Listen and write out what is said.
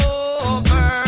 over